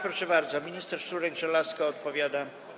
Proszę bardzo, minister Szczurek-Żelazko odpowiada.